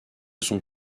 sont